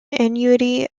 annuity